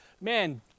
man